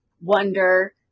Wonder